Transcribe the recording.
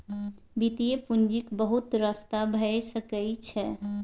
वित्तीय पूंजीक बहुत रस्ता भए सकइ छै